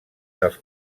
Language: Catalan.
dels